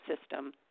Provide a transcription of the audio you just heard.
System